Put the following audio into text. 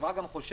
החברה גם חושבת,